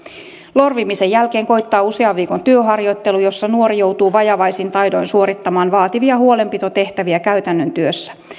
lorvimisen jälkeen koittaa usean viikon työharjoittelu jossa nuori joutuu vajavaisin taidoin suorittamaan vaativia huolenpitotehtäviä käytännön työssä